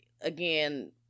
again